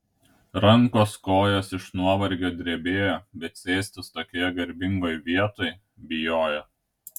rankos kojos iš nuovargio drebėjo bet sėstis tokioje garbingoje vietoj bijojo